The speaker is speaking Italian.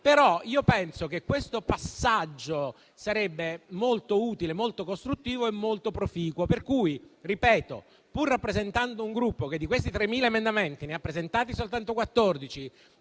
Penso che questo passaggio sarebbe molto utile, molto costruttivo e molto proficuo. Quindi, pur rappresentando un Gruppo che di questi 3.000 emendamenti ne ha presentati soltanto 14